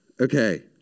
Okay